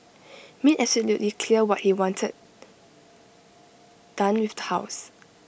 made absolutely clear what he wanted done with house